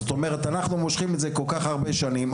זאת אומרת אנחנו מושכים את זה כל כך הרבה שנים,